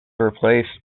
replaced